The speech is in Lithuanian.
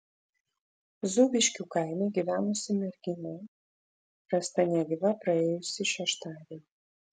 zūbiškių kaime gyvenusi mergina rasta negyva praėjusį šeštadienį